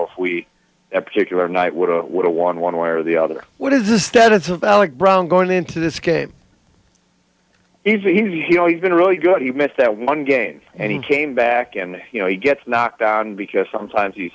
if we have a particular night would what a won one way or the other what is the status of brown going into this game he's easy he always been really good he missed that one game and he came back and you know he gets knocked down because sometimes you